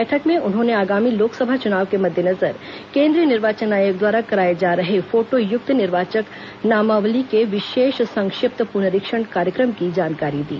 बैठक में उन्होंने आगामी लोकसभा चुनाव के मद्देनजर केंद्रीय निर्वाचन आयोग द्वारा कराए जा रहे फोटायुक्त निर्वाचक नामावली के विशेष संक्षिप्त पुनरीक्षण कार्यक्रम की जानकारी दी